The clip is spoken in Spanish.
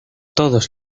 todos